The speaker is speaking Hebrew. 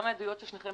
גם מעדויות של שניכם,